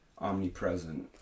omnipresent